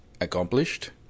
accomplished